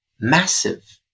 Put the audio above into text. massive